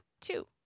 two